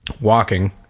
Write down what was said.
walking